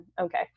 okay